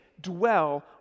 dwell